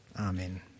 Amen